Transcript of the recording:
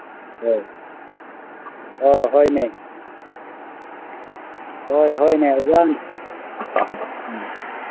ꯑ ꯑ ꯍꯣꯏꯅꯦ ꯑꯣꯏ ꯍꯣꯏꯅꯦ ꯑꯣꯖꯥꯅ ꯎꯝ